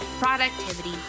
productivity